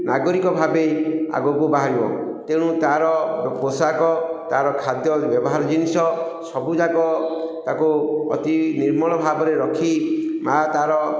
ନାଗରିକ ଭାବେ ଆଗକୁ ବାହାରିବ ତେଣୁ ତାର ପୋଷାକ ତାର ଖାଦ୍ୟ ବ୍ୟବହାର ଜିନିଷ ସବୁଯାକ ତାକୁ ଅତି ନିର୍ମଳ ଭାବରେ ରଖି ମା' ତାର